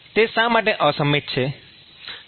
તે શા માટે અસંમિત છે